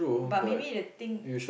but maybe the thing